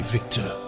Victor